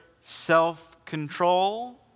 self-control